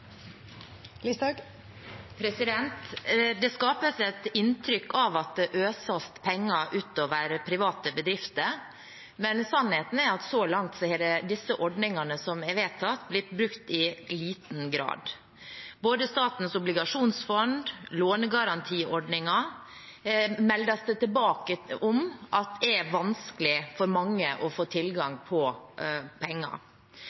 at det øses penger utover private bedrifter, men sannheten er at så langt har de ordningene som har blitt vedtatt, blitt brukt i liten grad. Både fra Statens obligasjonsfond og lånegarantiordningen meldes det tilbake om at det er vanskelig for mange å få tilgang på penger.